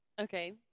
Okay